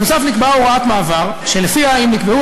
נוסף על כך נקבעה הוראת מעבר שלפיה אם נקבעו